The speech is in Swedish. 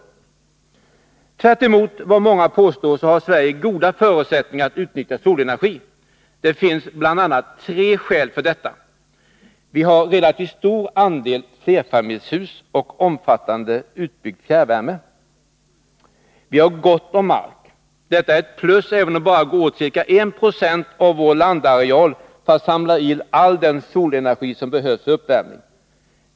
Tvärt emot vad många påstår har Sverige goda förutsättningar att utnyttja solenergi. Det finns bl.a. tre skäl för detta: Vi har relativt stor andel flerfamiljshus och mycket fjärrvärme. Vi har gott om mark. Det är ett plus, även om det bara går åt ca 1 90 av vår landareal för att samla in all den solenergi som behövs för uppvärmning.